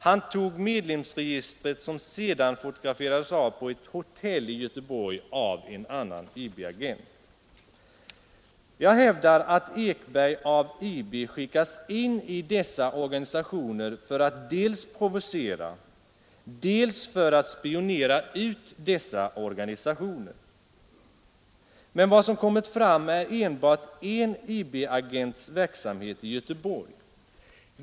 Han tog medlemsregistret, som sedan fotograferades på ett hotell av en annan IB-agent. Jag hävdar att Ekberg av IB skickats in i dessa organisationer för att dels provocera, dels spionera ut dessa organisationer. Men vad som kommit fram är enbart en IB-agents verksamhet i Göteborg.